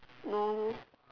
no